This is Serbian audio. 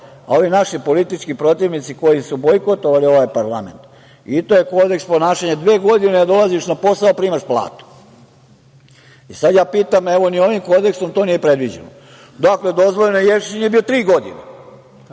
Ovi naši politički protivnici koji su bojkotovali ovaj parlament, i to je kodeks ponašanja. Dve godine ne dolaziš na posao, a primaš platu. E sad, ja pitam, evo, ni ovim kodeksom to nije predviđeno. Dakle, dozvoljeno, Ješić nije bio tri godine.